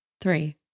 three